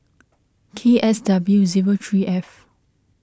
K S W zero three F